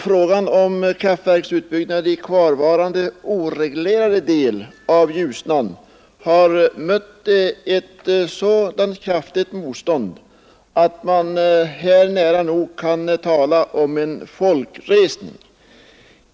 Frågan om kraftverksutbyggnad i den kvarvarande oreglerade delen av Ljusnan har mött ett så kraftigt motstånd att man nära nog kan tala om en folkresning.